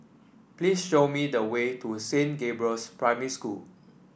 please show me the way to Saint Gabriel's Primary School